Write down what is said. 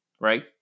right